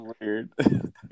weird